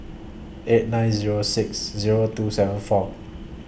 eight nine Zero six Zero two seven four